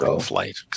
Flight